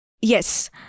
Yes